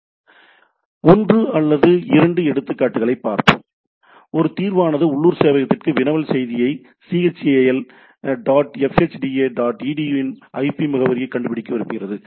எனவே ஒன்று அல்லது இரண்டு எடுத்துக்காட்டுகளைப் பார்ப்போம் ஒரு தீர்வானது உள்ளூர் சேவையகத்திற்கு வினவல் செய்தியை chal dot fhda dot edu யின் ஐபி முகவரியைக் கண்டுபிடிக்க விரும்புகிறது